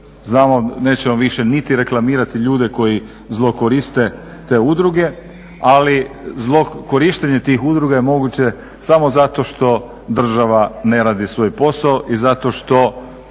Znamo nećemo više niti reklamirati ljude koji zlokoriste te udruge, ali zlokorištenje tih udruga je moguće samo zato što država ne radi svoj posao i zato što